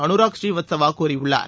அனுராக் புநீவத்சவா கூறியுள்ளார்